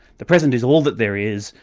the present is all that there is,